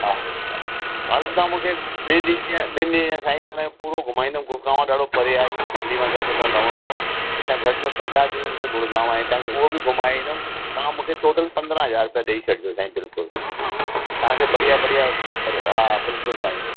हा हलो तव्हां मूंखे ॿिनि ॾींहं ॿिनि ॾींहं जा साईं तव्हांखे पूरो घुमाईंदुमि गुरूग्राम ॾाढो परे आहे दिल्लीअ मां जाते तव्हां लहंदव हिता घटि न पंजाह किलोमीटर गुरूग्राम आहे तव्हांखे उहो बि घुमाए ईंदुमि तव्हां मूंखे टोटल पंद्रहं हज़ार रुपिया ॾई छॾिजो साईं बिल्कुलु तव्हांखे बढ़िया बढ़िया करे हा बिल्कुलु साईं